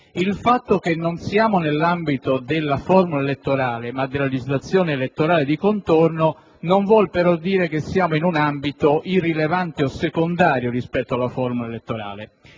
Il fatto che non si sia nell'ambito della formula elettorale ma della legislazione elettorale di contorno, non vuol dire però che si sia in un ambito irrilevante o secondario rispetto alla formula elettorale.